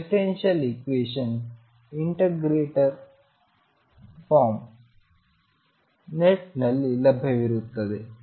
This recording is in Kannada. ಡಿಫರೆನ್ಷಿಯಲ್ ಈಕ್ವೇಷನ್ ಇಂಟಿಗ್ರೇಟರ್ ಫಾರ್ಮ್ ನೆಟ್ನಲ್ಲಿ ಲಭ್ಯವಿರುತ್ತದೆ